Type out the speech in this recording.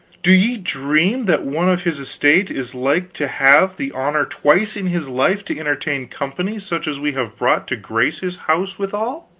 do ye dream that one of his estate is like to have the honor twice in his life to entertain company such as we have brought to grace his house withal?